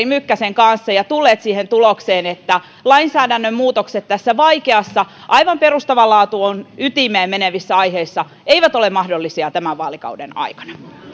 mykkäsen kanssa ja ja tulleet siihen tulokseen että lainsäädännön muutokset tässä vaikeassa aivan perustavanlaatuiseen ytimeen menevässä aiheessa eivät ole mahdollisia tämän vaalikauden aikana